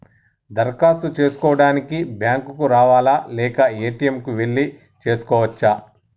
దరఖాస్తు చేసుకోవడానికి బ్యాంక్ కు రావాలా లేక ఏ.టి.ఎమ్ కు వెళ్లి చేసుకోవచ్చా?